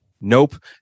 Nope